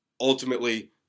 ultimately